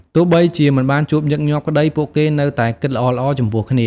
ទោះបីជាមិនជួបញឹកញាប់ក្ដី ពួកគេនៅតែគិតល្អៗចំពោះគ្នា។